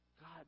God